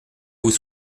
vous